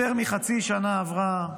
יותר מחצי שנה עברה,